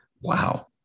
wow